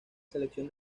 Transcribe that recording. selección